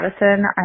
Madison